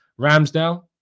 Ramsdale